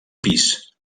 pis